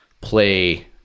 play